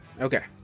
Okay